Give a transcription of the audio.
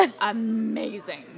amazing